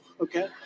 okay